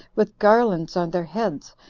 with garlands on their heads,